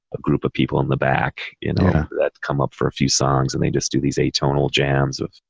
a group of people in the back, you know, that's come up for a few songs and they just do these atonal jams with,